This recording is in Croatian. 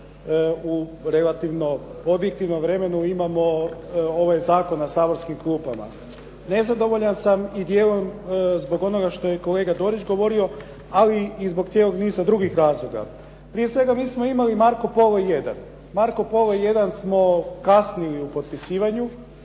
u relativno objektivnom vremenu imamo ovaj zakon na saborskim klupama. Nezadovoljan sam i dijelom zbog onoga što je kolega Dorić govorio, ali i zbog cijelog niza drugih razloga. Prije svega, mi smo imali "Marco Polo I", "Marco Polo I" smo kasnili u potpisivanju,